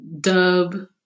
dub